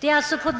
De förslag